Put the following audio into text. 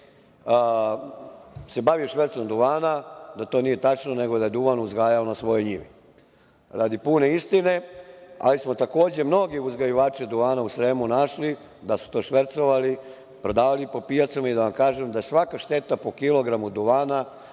se bave švercom duvana, da to nije tačno, nego da je duvan uzgajao na svojoj njivi. Radi pune istine, ali smo mnoge uzgajivače duvana u Sremu našli da su to švercovali, prodavali po pijacama i da vam kažem da svaka šteta po kilogramu duvana